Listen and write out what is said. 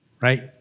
right